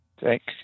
Thanks